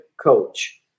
coach